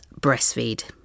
breastfeed